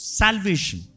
salvation